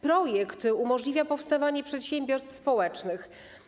Projekt umożliwia powstawanie przedsiębiorstw społecznych.